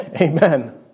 Amen